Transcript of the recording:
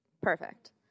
Perfect